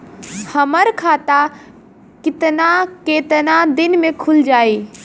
हमर खाता कितना केतना दिन में खुल जाई?